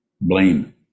blame